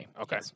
Okay